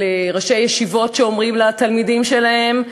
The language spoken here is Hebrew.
של ראשי ישיבות שאומרים לתלמידים שלהם: